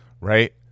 right